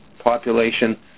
population